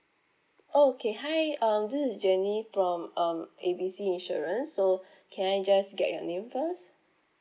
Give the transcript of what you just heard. oh okay hi um this is jenny from um A B C insurance so can I just get your name first